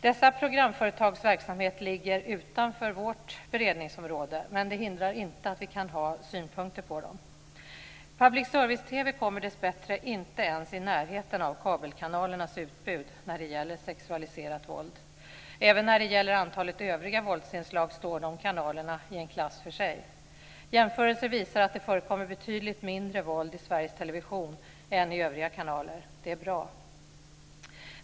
Dessa programföretags verksamhet ligger utanför vårt beredningsområde, men det hindrar inte att vi kan ha synpunkter på dem. Public service-TV kommer dessbättre inte ens i närheten av kabelkanalernas utbud när det gäller sexualiserat våld. Även när det gäller antalet övriga våldsinslag står de kanalerna i en klass för sig. Jämförelser visar att det förekommer betydligt mindre våld i Sveriges Television än i övriga kanaler. Det är bra.